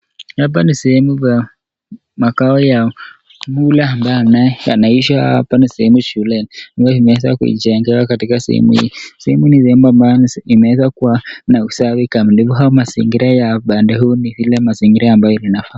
Hapa ni sehemu za , makao ya kula yanaisha hapa sehemu shuleni . Wameeeza kuijenges katika sehemu hii . Sehemu hii umeweza kuwa na usafi kikamilifu . Mazingira haya yanafaa.